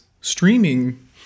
streaming